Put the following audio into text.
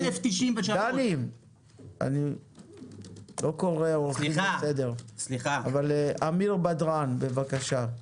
1093. אמיר בדראן בבקשה.